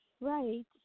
right